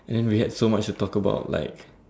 and then we had so much to talk about like